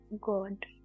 God